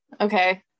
Okay